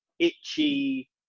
itchy